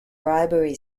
bribery